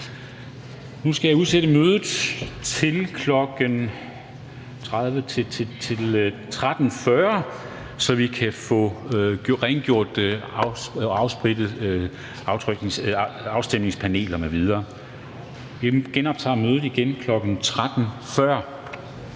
Nu skal jeg udsætte mødet til kl. 13.40, så vi kan få rengjort og afsprittet afstemningspaneler m.v. Vi genoptager mødet kl. 13.40.